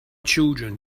children